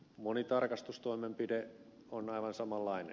moni tarkastustoimenpide on aivan samanlainen